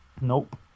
Nope